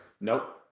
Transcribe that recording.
Nope